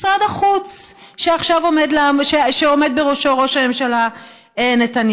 משרד החוץ, שעכשיו עומד בראשו ראש הממשלה נתניהו.